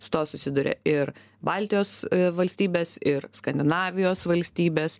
su tuo susiduria ir baltijos valstybės ir skandinavijos valstybės